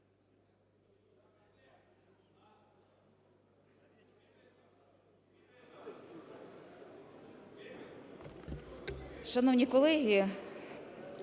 Шановні колеги,